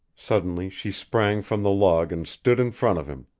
suddenly she sprang from the log and stood in front of him.